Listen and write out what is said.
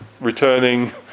returning